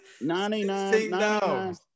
99